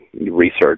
Research